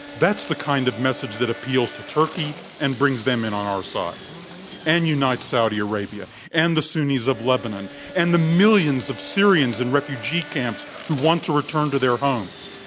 that's the kind of message that appeals to turkey and brings them in on our side and units saudi arabia and the sunnis of lebanon and the millions of syrians in refugee camps who want to return to their homes.